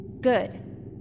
Good